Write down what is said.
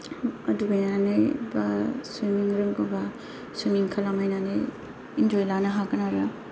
दुगैनानै बा सुइमिं रोंगौबा सुइमिं खालामहैनानै इन्जय लानो हागोन आरो